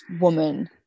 woman